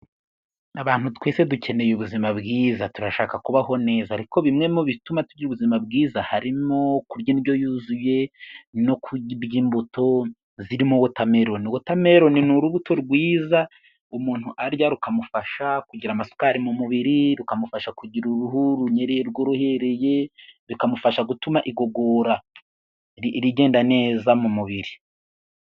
Abantu twese dukeneye ubuzima bwiza, turashaka kubaho neza, ariko bimwe mu bituma tugira ubuzima bwiza harimo kurya indyo yuzuye, no kurya imbuto zirimo wotameroni. Wotameroni ni urubuto rwiza umuntu arya rukamufasha kugira amasukari mu mubiri, rukamufasha kugira uruhu runyereye, rworohereye, bikamufasha gutuma igogora rigenda neza mu mubiri.